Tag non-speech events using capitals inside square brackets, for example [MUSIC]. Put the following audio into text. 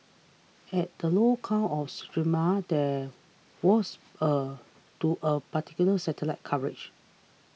[UNINTELLIGIBLE] the low count of Sumatra that was [HESITATION] due [HESITATION] partial satellite coverage